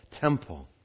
temple